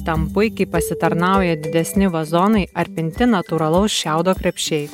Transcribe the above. tam puikiai pasitarnauja didesni vazonai ar pinti natūralaus šiaudo krepšiai